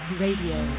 radio